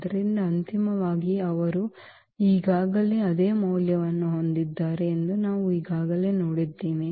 ಆದ್ದರಿಂದ ಅಂತಿಮವಾಗಿ ಅವರು ಈಗಾಗಲೇ ಅದೇ ಮೌಲ್ಯವನ್ನು ಹೊಂದಿದ್ದಾರೆ ಎಂದು ನಾವು ಈಗಾಗಲೇ ನೋಡಿದ್ದೇವೆ